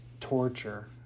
torture